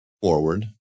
forward